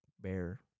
bear